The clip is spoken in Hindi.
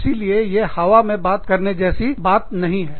इसीलिए यह हवा में बात करने जैसी बात नहीं हैं